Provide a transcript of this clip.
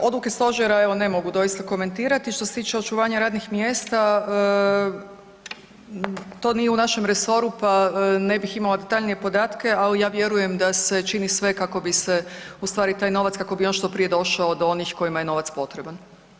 Pa odluke stožera evo ne mogu doista komentirati, što se tiče očuvanja radnih mjesta to nije u našem resoru pa ne bih imala detaljnije podatke, ali ja vjerujem da se čini sve kako bi se ustvari taj novac kako bi on što prije došao do onih kojima je novac potreban.